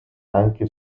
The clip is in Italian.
anche